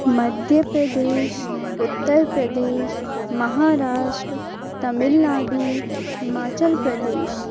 Madhya Pradesh Uttar Pradesh Maharashtra Tamil Nadu Himachal Pradesh